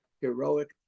heroic